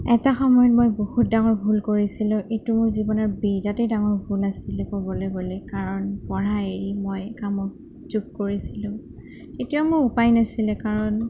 এটা সময়ত মই বহুত ডাঙৰ ভুল কৰিছিলোঁ এইটো মোৰ জীৱনৰ বিৰাটেই ডাঙৰ ভুল আছিলে ক'বলৈ গ'লে কাৰণ পঢ়া এৰি মই কামত যোগ কৰিছিলোঁ তেতিয়া মোৰ উপায় নাছিলে কাৰণ